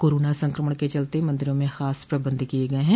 corona संक्रमण के चलते मंदिरों में खास प्रबंध किये गये हैं